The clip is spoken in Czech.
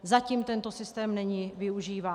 Zatím tento systém není využíván.